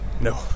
No